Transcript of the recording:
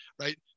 right